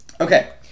Okay